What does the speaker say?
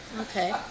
okay